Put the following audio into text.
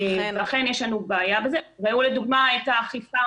אכן יש לנו בעיה בזה וראו לדוגמה את האכיפה